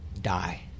die